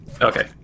okay